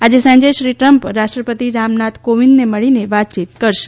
આજે સાંજે શ્રી ટ્રમ્પ રાષ્ટ્રપતિ રામનાથ કોવિંદને મળીને વાતચીત કરશે